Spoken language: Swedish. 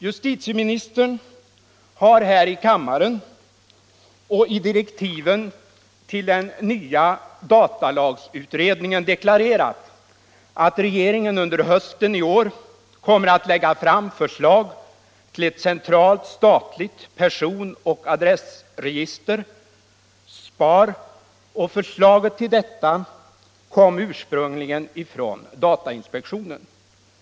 Justitieministern har här i kammaren och i direktiven till den nya datalagsutredningen deklarerat att regeringen under hösten i år kommer att lägga fram förslag om ett centralt statligt personoch adressregister, SPAR. Förslaget härtill kom ursprungligen från datainspektionen.